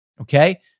okay